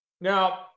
Now